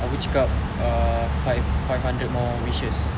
aku cakap err five five hundred more wishes